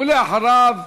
ואחריו,